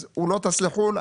אז הוא לא טס לחו"ל,